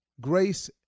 grace